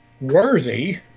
worthy